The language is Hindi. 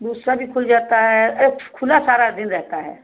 दूसरा भी खुल जाता है अरे खुला सारा दिन रहता है